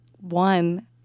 one